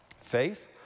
Faith